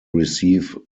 receive